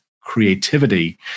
creativity